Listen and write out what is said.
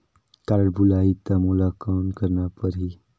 Card भुलाही ता मोला कौन करना परही?